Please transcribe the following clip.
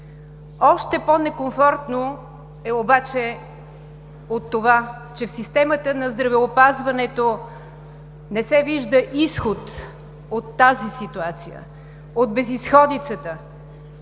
Още по-некомфортно обаче е това, че в системата на здравеопазването не се вижда изход от тази ситуация, от безизходицата.